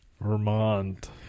Vermont